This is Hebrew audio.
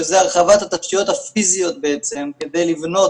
שזה הרחבת התשתיות הפיזיות בעצם כדי לבנות